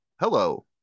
hello